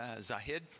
Zahid